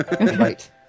Right